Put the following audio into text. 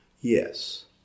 Yes